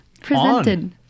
presented